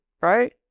right